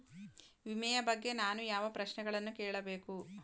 ವಿಮೆಯ ಬಗ್ಗೆ ನಾನು ಯಾವ ಪ್ರಶ್ನೆಗಳನ್ನು ಕೇಳಬೇಕು?